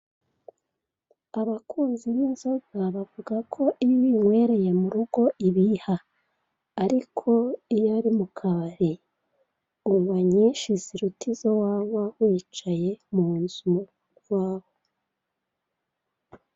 Abakunzi b'inzoga bavuga ko iyo uyinywereye mu rugo ibiha ariko iyo ari mu kabari unywa nyinshi ziruta izo wanywa wicaye mu nzu iwawe.